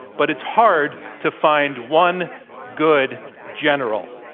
but it's hard to find one good general.